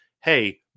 hey